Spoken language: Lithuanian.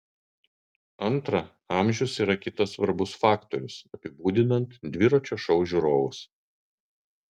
antra amžius yra kitas svarbus faktorius apibūdinant dviračio šou žiūrovus